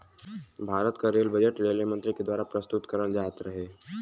भारत क rail budget railway मंत्री के दवारा प्रस्तुत करल जात रहे